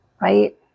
Right